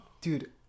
Dude